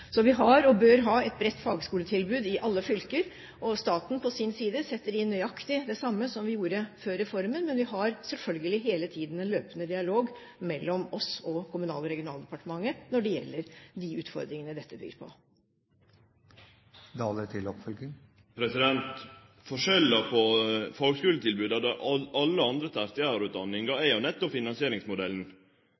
Så vi har og bør ha et bredt fagskoletilbud i alle fylker. Staten på sin side setter inn nøyaktig det samme som vi gjorde før reformen, men vi har selvfølgelig hele tiden en løpende dialog med Kommunal- og regionaldepartementet når det gjelder de utfordringene dette byr på. Forskjellen mellom fagskuletilboda og alle andre tertiærutdanningar er nettopp finansieringsmodellen. Statsråden har eit finansieringsansvar for alle andre